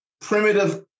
primitive